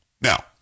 Now